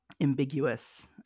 ambiguous